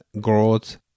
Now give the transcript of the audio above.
growth